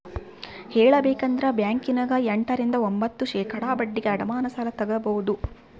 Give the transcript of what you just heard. ಹೇಳಬೇಕಂದ್ರ ಬ್ಯಾಂಕಿನ್ಯಗ ಎಂಟ ರಿಂದ ಒಂಭತ್ತು ಶೇಖಡಾ ಬಡ್ಡಿಗೆ ಅಡಮಾನ ಸಾಲ ತಗಬೊದು